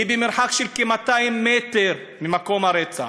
במרחק של כ-200 מטר ממקום הרצח.